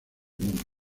múnich